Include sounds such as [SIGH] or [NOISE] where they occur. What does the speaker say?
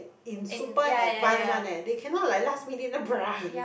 in super advance one eh they cannot like last minute [NOISE]